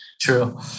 True